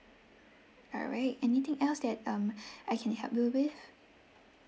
alright anything else that um I can help you with